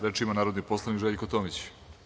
Reč ima narodni poslanik Željko Tomić.